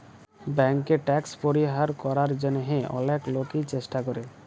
ব্যাংকে ট্যাক্স পরিহার করার জন্যহে অলেক লোকই চেষ্টা করে